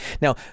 now